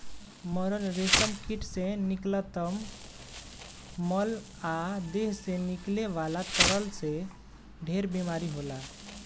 मरल रेशम कीट से निकलत मल आ देह से निकले वाला तरल से ढेरे बीमारी होला